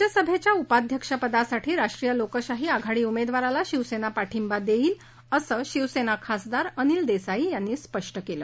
राज्यसभेच्या उपाध्यक्षपदासाठी राष्ट्रीय लोकशाही आघाडी उमेदवाराला शिवसेना पाठिंबा देईल असं शिवसेना खासदार अनिल देसाई यांनी स्पष्ट केलं